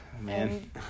man